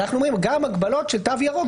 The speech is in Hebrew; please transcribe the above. אנחנו אומרים שגם הגבלות של תו ירוק,